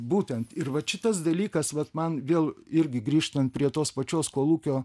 būtent ir vat šitas dalykas vat man vėl irgi grįžtant prie tos pačios kolūkio